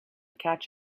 catch